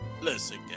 listen